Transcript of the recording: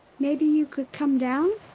maybe you could come down?